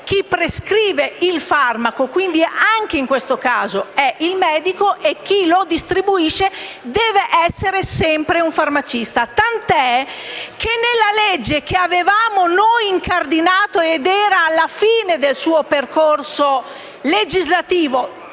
chi prescrive il farmaco - quindi anche in questo caso - è il medico e chi lo distribuisce deve essere sempre un farmacista. Infatti, nel disegno di legge che noi avevamo incardinato - e che era alla fine del suo percorso legislativo,